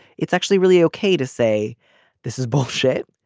it's actually really okay to say this is bullshit.